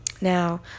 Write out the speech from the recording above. Now